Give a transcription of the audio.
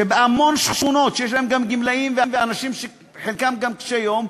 בהמון שכונות שיש בהן גם גמלאים ואנשים שחלקם קשי-יום,